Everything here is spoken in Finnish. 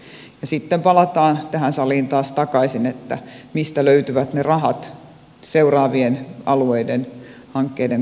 ja sitten palataan tähän saliin taas takaisin että mistä löytyvät ne rahat seuraavien alueiden hankkeiden kompensointiin